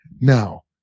Now